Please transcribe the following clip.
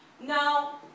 Now